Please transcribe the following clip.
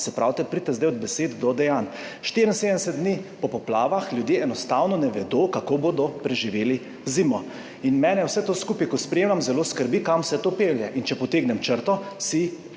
Se pravi, preidite zdaj od besed do dejanj. 74 dni po poplavah ljudje enostavno ne vedo, kako bodo preživeli zimo, in mene vse to skupaj, ko spremljam, zelo skrbi, kam vse to pelje. In če potegnem črto, si